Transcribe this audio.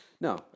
No